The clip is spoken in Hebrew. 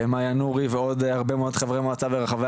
שמאיה נורי ועוד הרבה מאוד חברי מועצה ברחבי